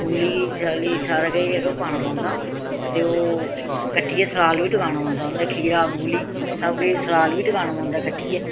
मूली शली सारा किश ओह् पाना पौंदा ते ओह् कट्टियै सलाद बी टकाना पौंदा उं'दा खीरा मूली सब किश सलाद बी टकाना पौंदा कट्टियै